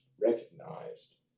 recognized